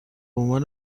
عنوان